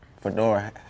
fedora